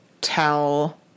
tell